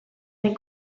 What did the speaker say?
zen